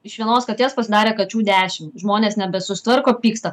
iš vienos katės pasidarė kačių dešim žmonės nebesusitvarko pyksta